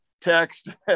text